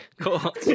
Cool